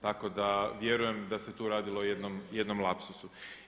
Tako da vjerujem da se tu radilo o jednom lapsusu.